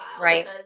Right